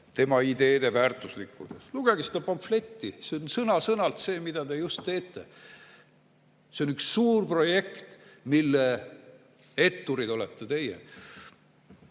tema ideede väärtuslikkuses. Lugege seda pamfletti! See on sõna-sõnalt see, mida te teete. See on üks suur projekt, mille etturid olete teie.